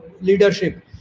leadership